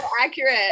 accurate